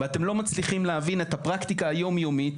אתם לא מצליחים להבין את הפרקטיקה היום-יומית,